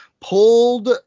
pulled